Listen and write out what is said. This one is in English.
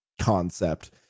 concept